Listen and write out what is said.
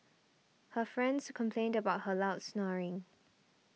her friends complained about her loud snoring